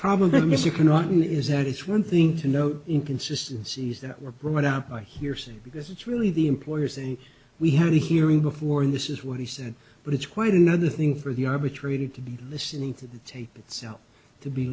really is that it's one thing to note inconsistency is that were brought out by hearsay because it's really the employer's and we had a hearing before and this is what he said but it's quite another thing for the arbitrated to be listening to the tape itself to be